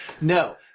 No